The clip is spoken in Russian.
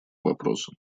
вопросу